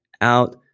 out